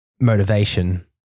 motivation